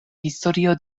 historio